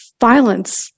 violence